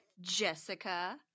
Jessica